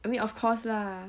I mean of course lah